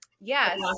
Yes